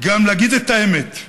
גם להגיד את האמת.